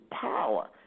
power